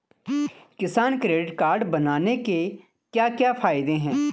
किसान credit card बनाने के क्या क्या फायदे हैं?